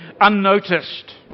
unnoticed